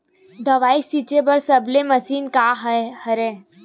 दवाई छिंचे बर सबले मशीन का हरे?